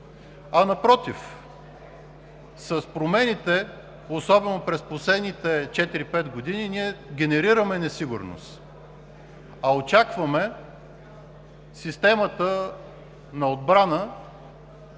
Напротив, с промените, особено през последните 4 – 5 години генерираме несигурност, а очакваме системата на отбрана